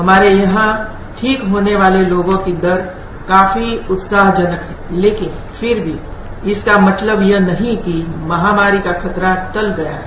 हमारे ठीक होने वाले लोगों की दर काफी उत्साहजनक है तेकिन फिर भी इसका मतलब यह नहीं कि महामारी का खतरा टल गया है